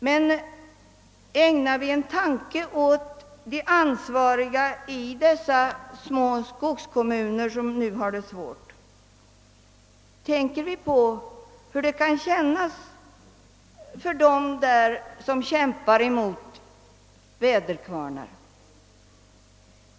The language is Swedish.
Men ägnar vi en tanke åt de ansvariga i de små skogskommuner som har det svårt och får kämpa en resultatlös kamp för sin existens?